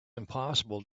impossible